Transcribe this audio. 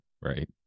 Right